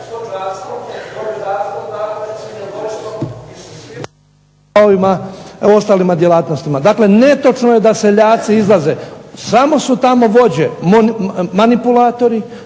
se./… ostalima djelatnostima. Dakle netočno je da seljaci izlaze. Samo su tamo vođe, manipulatori